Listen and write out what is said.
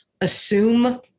assume